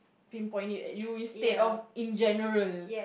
pinpoint it at you instead of in general